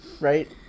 right